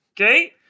Okay